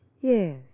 Yes